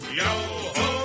yo-ho